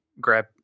grab